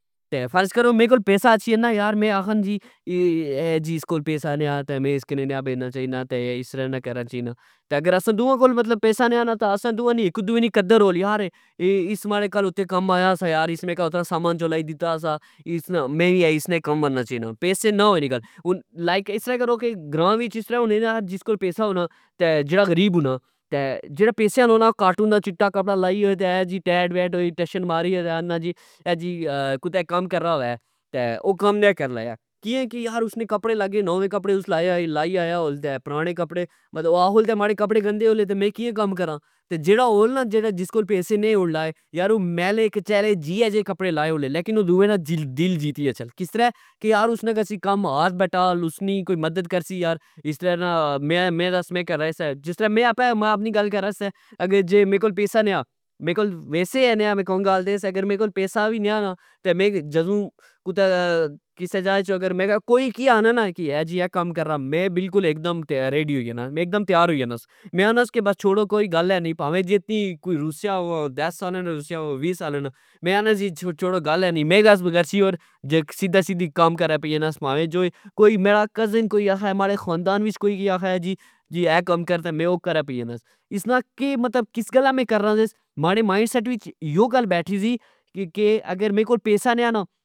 تہ فرض کرو میرے کول پیسا اچھی جانا یار میں آکھا جی ،میں اس کول پیسا نے آیا تہ میں اس کہ نا بینا چائی نا تہ اسرہ نی کرنا چائی نا اساں دوا کول مطلب پیسا نئی آنا تہ اسا دؤا کول اک دؤئے نی قدر ہولی یار اس ماڑے کل اتھے کم آیا سی یار، اس مکی اتنا سامان لائی دتا سا اسنا میں وی اسنے کم آنا چائی نا۔ پیسے نا ہونے آلی گل، ہن لائک اسرہ کرہ کہ گراں وچ اسرہ ہونے نا جس کول پیسا ہونا جیڑا غریب ہونا تہ جیڑا پیسے آلہ ہونا او کاٹن نا چٹا کپڑا لائی او تہ اہہ جی ٹیٹ ہوئی تہ ٹشن ماری تہ آخنا جی کتہ کم کرنا وہہ تہ او کم نے کرن لیا کیا کہ اسنے کپڑے لگے نوے کپڑے او لائی آیا ہول تہ پرانے کپڑےمطلب آکھو تہ ماڑے کپڑے گندے ہول میں کیا کم کراں ۔جیڑا ہول نا جس کول پیسے نے ہون لہ ،یار او میلے کچیلے جیہ جے کپڑے لائے ہونے او دؤئے نا دل جتی اچھہ کس ترہ کہ اسنے اسی کم یاتھ بٹا ل اسنی کوئی مدد کرسی یار اسطرع نا میں دس میں کرہ اہہ سہ جس طرع میں آپنی گل کرہس اگر جے میرے کول پیسا نا یا میرے کولپیسا وی نا نا میں جدو کتہ کسہ جا کوئی کیا آنا نا کیہ جی اہہ کم کرنا میں بلکل اک دم ریڈی ہوئی جانا میں اک دم تیار ہوئی جاناس میں آناس کہ چھوڑو بس کوئی گل نئی پاویں جتنی کوئی رسیا ہو دس سالہ نا ہو وی سالہ نا ہو میں آکھنا جی چھوڑو کوئی گل نئی میں گچھی اور سدا سدا کم کرہ پی اے ناس پاوے جوئے کوئی میرا کزن آکھہ ماڑے خاندان وچ کوئی آکھہ جی اہہ کم کر تہ میں او کم کرہ پئی جانا۔ اسنا کہ مطلب کس گلہ میں کرنا ساس .ماڑے مائنڈ سیٹ وچ یو گل بیٹھی سی اگر ماڑے کول پیسا نی آنا ۔